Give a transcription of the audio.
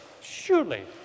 surely